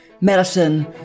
medicine